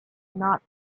not